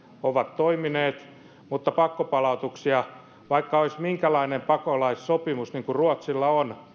ovat toimineet mutta pakkopalautukset vaikka olisi minkälainen pakolaissopimus niin kuin ruotsilla on